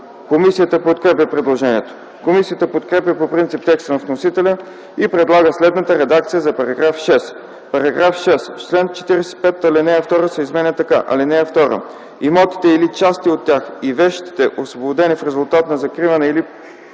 Комисията подкрепя предложението. Комисията подкрепя по принцип текста на вносителя и предлага следната редакция за § 6: „§ 6. В чл. 45 ал. 2 се изменя така: „(2) Имотите, или части от тях, и вещите, освободени в резултат на закриване или